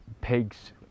pigs